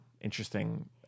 interesting